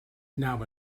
now